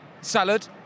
Salad